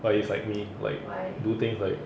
but he's like me like do things like